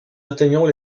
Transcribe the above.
atteignons